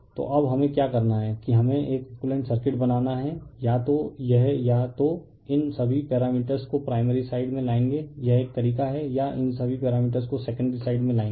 तो अब हमें क्या करना है कि हमें एक एकुइवेलेंट सर्किट बनाना है या तो यह या तो इन सभी पैरामीटर्स को प्राइमरी साइड में लाएगे यह एक तरीका है या इन सभी पैरामीटर्स को सेकेंडरी साइड में लाएगे